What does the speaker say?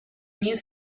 use